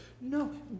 No